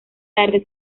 tarde